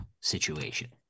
situation